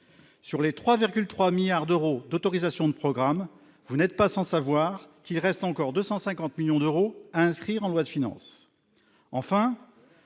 sur les 3,3 milliards d'euros d'autorisations de programmes, vous n'êtes pas sans savoir qu'il reste encore 250 millions d'euros inscrire finance